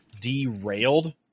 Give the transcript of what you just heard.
derailed